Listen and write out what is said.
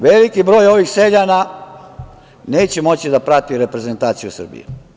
Veliki broj ovih seljana neće moći da prati reprezentaciju Srbije.